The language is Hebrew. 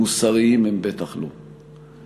מוסריים בטח לא.